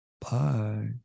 bye